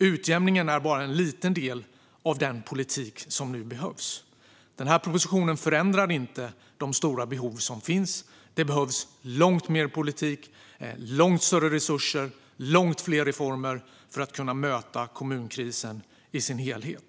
Utjämningen är bara en liten del av den politik som behövs. Den här propositionen förändrar inte de stora behov som finns. Det behövs långt mer politik, långt större resurser och långt fler reformer för att vi ska kunna möta kommunkrisen i dess helhet.